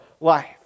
life